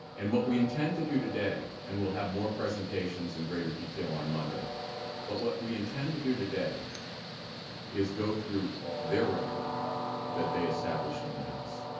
and what we intend to do today and we will have more presentations in greeter detail on monday but what we intend to do today is go through their record that they established in the house